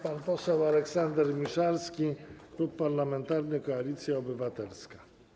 Pan poseł Aleksander Miszalski, Klub Parlamentarny Koalicja Obywatelska.